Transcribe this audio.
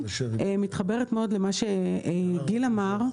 מתחברת מאוד למה שגיל אמר,